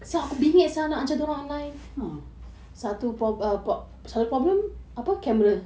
orh